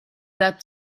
death